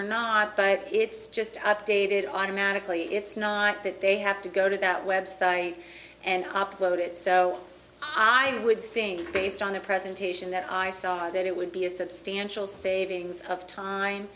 or not but it's just updated automatically it's not that they have to go to that website and upload it so i would think based on the presentation that i saw that it would be a substantial savings of time